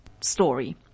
story